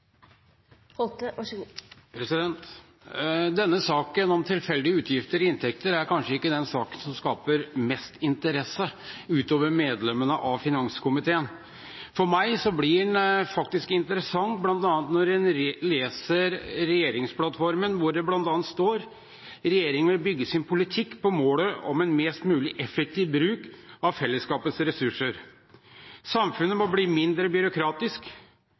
skaper mest interesse utenfor finanskomiteen. For meg blir den interessant når jeg leser regjeringsplattformen, hvor det bl.a. står: «Regjeringen vil bygge sin politikk på målet om en mest mulig effektiv bruk av fellesskapets ressurser. Samfunnet må bli mindre byråkratisk.